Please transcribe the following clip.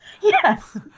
Yes